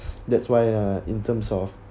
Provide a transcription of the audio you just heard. that's why uh in terms of